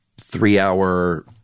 three-hour-